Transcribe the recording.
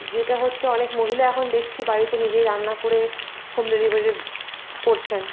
যেটা হচ্ছে অনেক মহিলা এখন দেখছি বাড়িতে নিজেই রান্না করে হোম ডেলিভারি করছেন